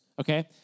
okay